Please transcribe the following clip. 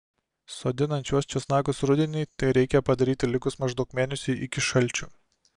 sodinant šiuos česnakus rudenį tai reikia padaryti likus maždaug mėnesiui iki šalčių